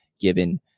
given